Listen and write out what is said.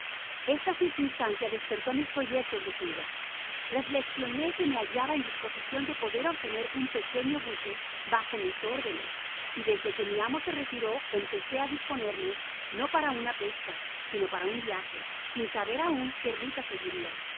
esta circunstancia despertó mis proyectos de fuga reflexioné que me hallaba en disposicion de poder obtener un pequeño buque bajo mis órdenes y desde que mi amo se retiró empecé á disponerme no para una pesca sino para un viaje sin saber aun qué ruta seguiria